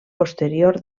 posterior